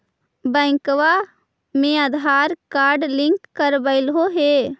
बैंकवा मे Aadhaar card link करवैलहो है?